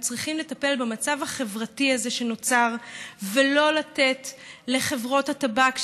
אנחנו צריכים לטפל במצב החברתי הזה שנוצר ולא לתת לחברות הטבק,